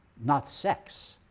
not sex,